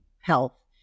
health